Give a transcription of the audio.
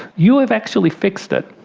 you have actually fixed it,